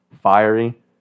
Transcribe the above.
fiery